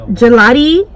gelati